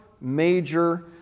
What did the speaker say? major